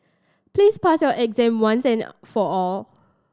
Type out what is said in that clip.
please pass your exam once and for all